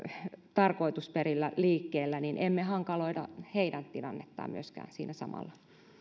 tarkoitusperillä liikkeellä niin emme hankaloita heidän tilannettaan siinä samalla